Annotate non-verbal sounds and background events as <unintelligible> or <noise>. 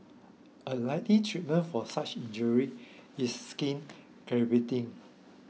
a likely treatment for such injury is skin <unintelligible>